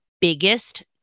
biggest